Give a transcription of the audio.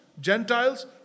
Gentiles